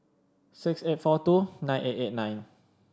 six eight four two nine eight eight nine